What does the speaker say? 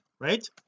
right